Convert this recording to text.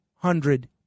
Hundred